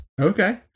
Okay